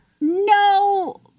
No